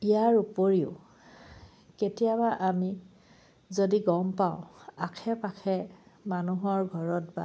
ইয়াৰ উপৰিও কেতিয়াবা আমি যদি গম পাওঁ আশে পাশে মানুহৰ ঘৰত বা